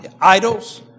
idols